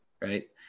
Right